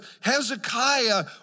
Hezekiah